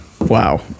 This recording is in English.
Wow